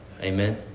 Amen